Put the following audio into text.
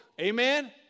Amen